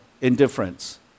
indifference